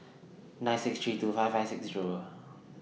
nine six three two five five six Zero